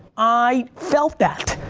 i felt that.